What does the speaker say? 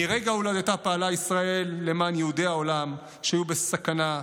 מרגע הולדתה פעלה ישראל למען יהודי העולם כשהיו בסכנה,